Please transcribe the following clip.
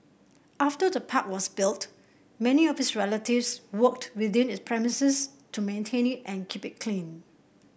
after the park was built many of his relatives worked within its premises to maintain it and keep it clean